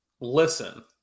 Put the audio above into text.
Listen